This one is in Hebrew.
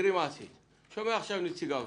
תראי מה עשית שומע את זה עכשיו נציג האוצר,